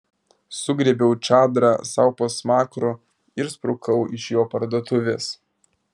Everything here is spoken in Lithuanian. sugriebiau čadrą sau po smakru ir sprukau iš jo parduotuvės